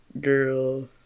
Girl